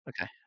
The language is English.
okay